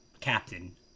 captain